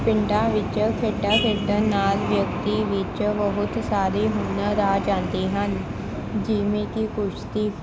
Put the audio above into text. ਪਿੰਡਾਂ ਵਿੱਚ ਖੇਡਾਂ ਖੇਡਣ ਨਾਲ ਵਿਅਕਤੀ ਵਿੱਚ ਬਹੁਤ ਸਾਰੇ ਹੁਨਰ ਆ ਜਾਂਦੇ ਹਨ ਜਿਵੇਂ ਕਿ ਕੁਸ਼ਤੀ